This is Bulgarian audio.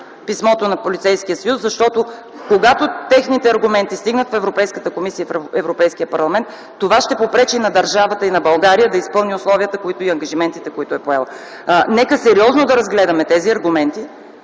писмото на Полицейския съюз, защото когато техните аргументи стигнат в Европейската комисия и Европейския парламент, това ще попречи на държавата да изпълни условията и ангажиментите, които е поела. Нека сериозно да разгледаме тези аргументи,